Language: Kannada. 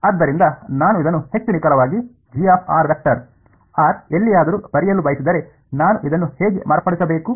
ಆದ್ದರಿಂದ ನಾನು ಇದನ್ನು ಹೆಚ್ಚು ನಿಖರವಾಗಿ r ಎಲ್ಲಿಯಾದರೂ ಬರೆಯಲು ಬಯಸಿದರೆ ನಾನು ಇದನ್ನು ಹೇಗೆ ಮಾರ್ಪಡಿಸಬೇಕು